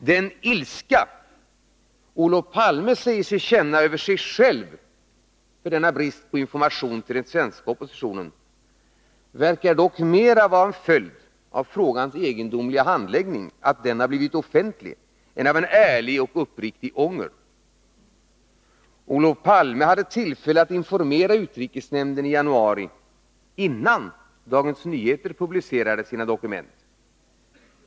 Den ilska Olof Palme säger sig känna över sig själv för denna brist på information till den svenska oppositionen verkar dock mera vara en följd av att frågans egendomliga handläggning blivit offentlig än av en ärlig och uppriktig ånger. Olof Palme hade tillfälle att informera utrikesnämnden i januari innan Dagens Nyheter publicerade sina dokument.